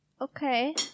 Okay